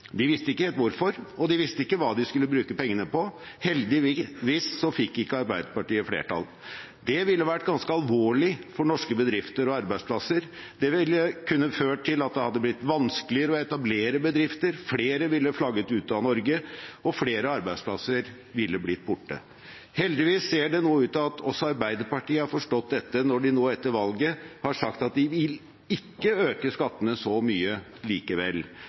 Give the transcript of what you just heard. De visste ikke helt hvorfor, og de visste ikke hva de skulle bruke pengene på. Heldigvis fikk ikke Arbeiderpartiet flertall. Det ville vært ganske alvorlig for norske bedrifter og arbeidsplasser, det ville kunne ført til at det hadde blitt vanskeligere å etablere bedrifter, flere ville flagget ut av Norge, og flere arbeidsplasser ville blitt borte. Heldigvis ser det ut til at også Arbeiderpartiet har forstått dette når de nå etter valget har sagt at de ikke vil øke skattene så mye likevel.